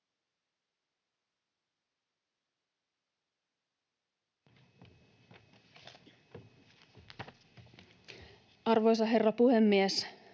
Arvoisa herra puhemies!